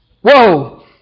Whoa